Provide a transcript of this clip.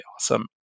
awesome